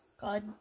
God